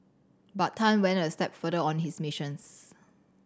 but Tan went a step further on his missions